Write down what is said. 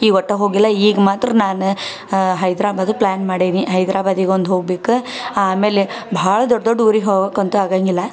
ಈಗ ಒಟ್ಟು ಹೋಗಿಲ್ಲ ಈಗ ಮಾತ್ರ ನಾನು ಹೈದರಾಬಾದು ಪ್ಲ್ಯಾನ್ ಮಾಡೇನಿ ಹೈದರಾಬಾದಿಗ್ ಒಂದು ಹೊಗ್ಬೇಕು ಆಮೇಲೆ ಭಾಳ ದೊಡ್ಡ ದೊಡ್ಡ ಊರಿಗೆ ಹೋಗೋಕಂತು ಆಗೋಂಗಿಲ್ಲ